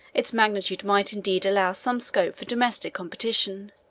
its magnitude might indeed allow some scope for domestic competition